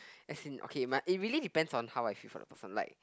as in okay my it really depend on how I feel for the person like